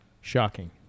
Shocking